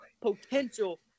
potential